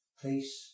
Please